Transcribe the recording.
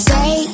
Say